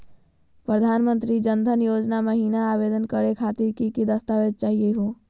प्रधानमंत्री जन धन योजना महिना आवेदन करे खातीर कि कि दस्तावेज चाहीयो हो?